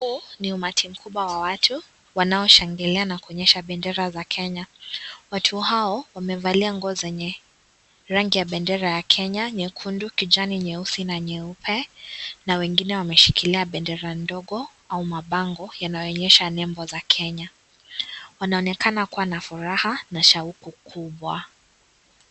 Huu ni Umati mkubwa wa watu wanaoshangilia na kuonyesha bendera za kenya. Watu hao wamevalia nguo zenye ya bendera ya Kenya, nyekundu, kijani, nyeusi na nyeupe, na wengine wameshikilia bendera ndogo au mabango yanayoonyesha nembo za Kenya. Wanaonekana kuwa na furaha na shauku kubwa.